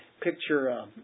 picture